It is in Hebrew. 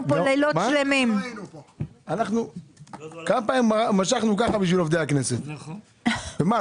כשאנחנו מדברים, ובאמת,